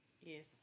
yes